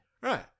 Right